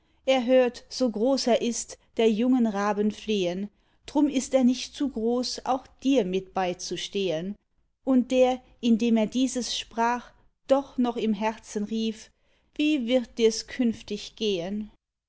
er hört so groß er ist der jungen raben flehen drum ist er nicht zu groß auch dir mit beizustehen und der indem er dieses sprach doch noch im herzen rief wie wird dirs künftig gehen